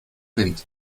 wind